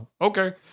Okay